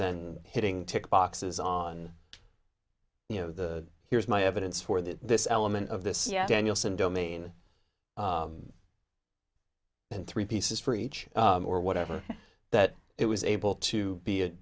than hitting tick boxes on you know the here's my evidence for that this element of this yeah danielson domain and three pieces for each or whatever that it was able to be